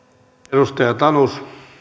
arvoisa